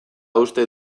uste